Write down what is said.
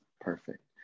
perfect